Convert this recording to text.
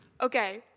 Okay